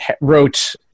wrote